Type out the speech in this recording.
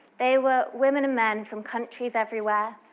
they were women and men from countries everywhere,